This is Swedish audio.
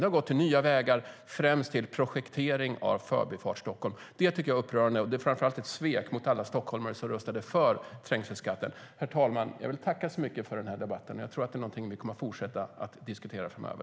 De har gått till nya vägar och främst till projektering av Förbifart Stockholm. Det är upprörande, och det är ett svek mot alla stockholmare som röstade för trängselskatten. Herr talman! Jag vill tacka så mycket för debatten. Det här är en fråga som vi kommer att fortsätta att diskutera framöver.